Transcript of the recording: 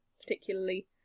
particularly